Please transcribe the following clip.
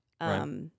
Right